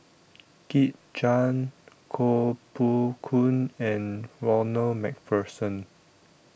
Kit Chan Koh Poh Koon and Ronald MacPherson